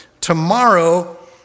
tomorrow